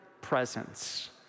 presence